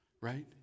right